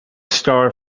star